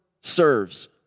serves